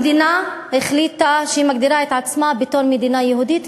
המדינה החליטה שהיא מגדירה את עצמה בתור מדינה יהודית,